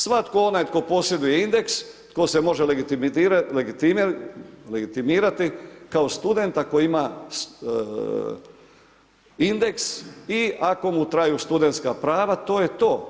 Svatko onaj tko posjeduje indeks, tko se može legitimirati kao student koji ima indeks i ako mu traju studentska prava to je to.